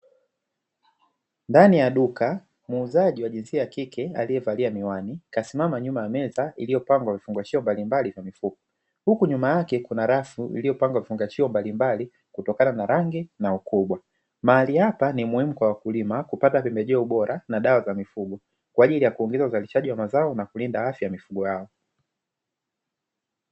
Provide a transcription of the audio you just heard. Ndani ya duka muuzaji wa jinsia ya kike aliyevalia miwani kasimama nyuma ya meza iliyopangwa vifungashio mbalimbali vya mifuko, huku nyuma yake kuna rafu iliyopangwa vifungashio mbalimbali kutokana na rangi na ukubwa. Mahali hapa ni muhimu kwa wakulima kupata pembejeo bora na dawa za mifugo, kwa ajili ya kuongeza uzalishaji wa mazao na kulinda afya ya mifugo yao.